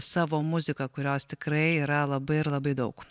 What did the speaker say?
savo muzika kurios tikrai yra labai ir labai daug